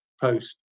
post